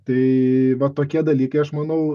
tai vat tokie dalykai aš manau